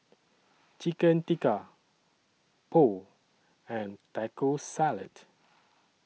Chicken Tikka Pho and Taco Salad